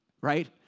right